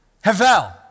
Havel